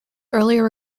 earlier